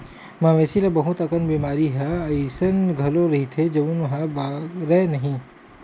मवेशी ल बहुत अकन बेमारी ह अइसन घलो रहिथे जउन ह बगरय नहिं